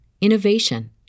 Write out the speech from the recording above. innovation